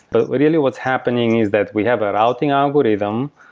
but really what's happening is that we have a routing algorithm,